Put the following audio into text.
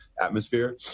atmosphere